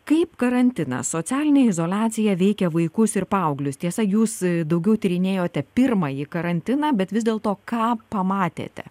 kaip karantiną socialinė izoliacija veikia vaikus ir paauglius tiesa jūs daugiau tyrinėjote pirmąjį karantiną bet vis dėlto ką pamatėte